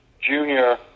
junior